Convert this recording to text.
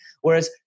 Whereas